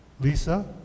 Lisa